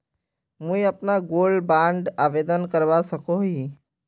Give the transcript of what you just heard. मुई अपना gold bond आवेदन करवा सकोहो ही?